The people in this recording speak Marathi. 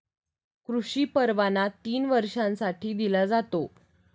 कृषी परवाना तीन वर्षांसाठी दिला जातो